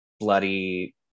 bloody